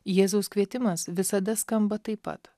jėzaus kvietimas visada skamba taip pat